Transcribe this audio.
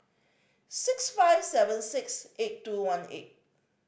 six five seven six eight two one eight